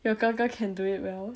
your 哥哥 can do it well